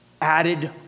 added